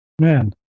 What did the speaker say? man